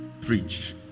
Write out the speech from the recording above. preach